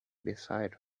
beside